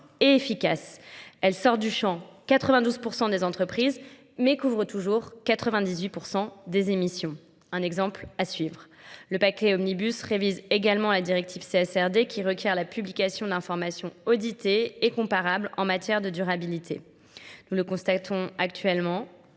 efficace. Elle sort du champ 92% des entreprises mais couvre toujours 98% des émissions. Un exemple à suivre. Le paquet Omnibus révise également la directive CSRD qui requiert la publication d'informations auditées et comparables en matière de durabilité. Nous le constatons actuellement.